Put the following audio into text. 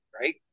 right